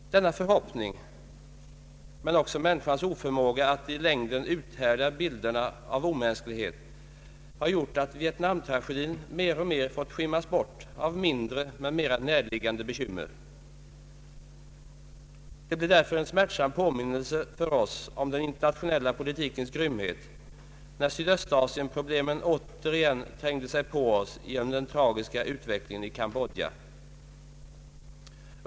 Denna förhoppning, men också människans oförmåga att i längden uthärda bilderna av omänsklighet har gjort att Vietnamtragedin mer och mer fått skymmas bort av mindre men mera närliggande bekymmer. Det blev därför en smärtsam påminnelse för oss om den internationella politikens grymhet, när Sydöstasienproblemen återigen trängde sig på oss genom den tragiska utvecklingen i Cambodja.